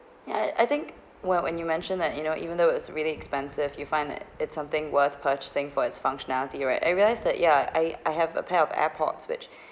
ya I I think well when you mentioned that you know even though it's really expensive you find that it's something worth purchasing for its functionality right I realise that ya I I have a pair of airpods which